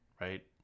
right